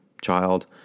child